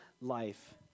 life